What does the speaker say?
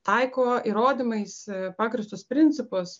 taiko įrodymais pagrįstus principus